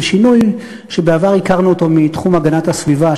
שינוי שבעבר הכרנו אותו מתחום הגנת הסביבה,